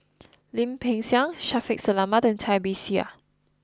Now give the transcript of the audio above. Lim Peng Siang Shaffiq Selamat and Cai Bixia